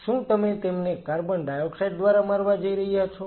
શું તમે તેમને કાર્બન ડાયોક્સાઇડ દ્વારા મારવા જઇ રહ્યા છો